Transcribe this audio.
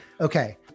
Okay